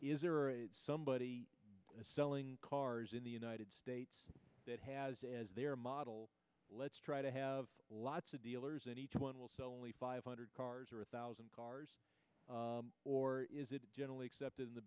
is there somebody selling cars in the united states that has as their model let's try to have lots of dealers and each one will sell only five hundred cars or a thousand cars or is it generally accepted in the